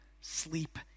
sleep